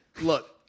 Look